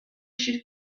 should